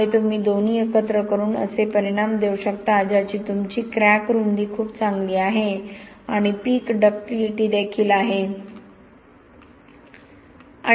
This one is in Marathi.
त्यामुळे तुम्ही दोन्ही एकत्र करून असे परिणाम देऊ शकता ज्याची तुमची क्रॅक रुंदी खूप चांगली आहे आणि पीक डक्टिलिटी देखील आहे